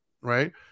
right